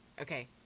Okay